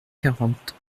quarante